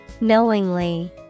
Knowingly